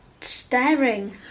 staring